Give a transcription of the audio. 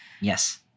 Yes